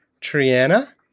Triana